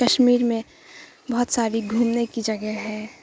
کشمیر میں بہت ساری گھومنے کی جگہ ہے